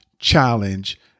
challenge